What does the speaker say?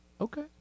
Okay